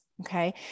Okay